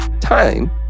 Time